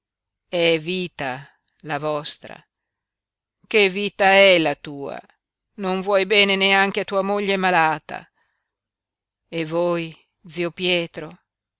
è vita la vostra che vita è la tua non vuoi bene neanche a tua moglie malata e voi zio pietro